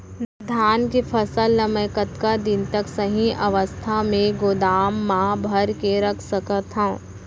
धान के फसल ला मै कतका दिन तक सही अवस्था में गोदाम मा भर के रख सकत हव?